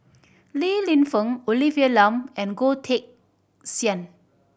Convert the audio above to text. Li Lienfung Olivia Lum and Goh Teck Sian